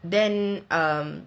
then um